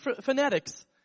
fanatics